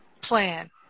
plan